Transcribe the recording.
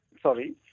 Sorry